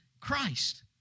Christ